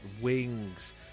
wings